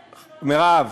מירב,